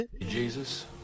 Jesus